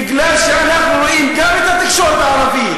מפני שאנחנו רואים גם את התקשורת הערבית